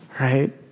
Right